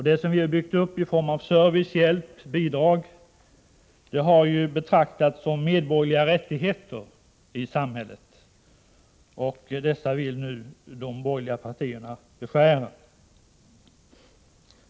Det vi har byggt upp i form av service, hjälp och bidrag har betraktats som medborgerliga rättigheter. Dessa vill nu de borgerliga partierna beskära.